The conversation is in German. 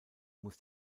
muss